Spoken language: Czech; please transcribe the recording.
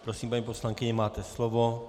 Prosím, paní poslankyně, máte slovo.